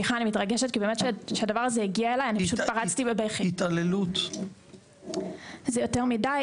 זה יותר מידי,